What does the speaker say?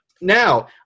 Now